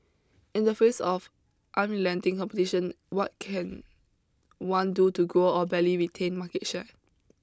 in the face of unrelenting competition what can one do to grow or barely retain market share